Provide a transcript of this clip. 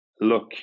look